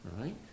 right